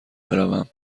بروم